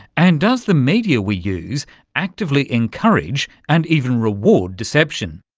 and does the media we use actively encourage and even reward deception?